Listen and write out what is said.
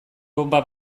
bonba